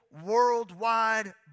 worldwide